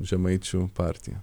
žemaičių partija